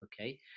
okay